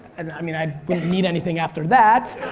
and i mean i wouldn't need anything after that.